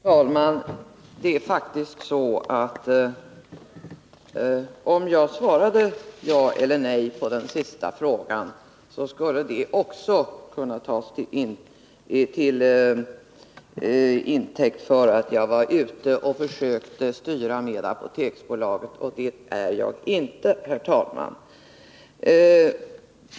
Herr talman! Det är faktiskt så att om jag svarade ja eller nej på den senaste frågan, så skulle det kunna tas till intäkt för ett påstående att jag försökte styra Apoteksbolaget — och det försöker jag inte, herr talman.